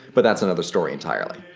but that's another story entirely.